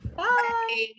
bye